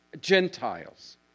Gentiles